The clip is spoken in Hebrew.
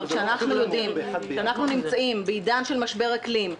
כשאנחנו יודעים שאנחנו נמצאים בעידן של משבר אקלים,